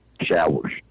showers